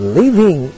living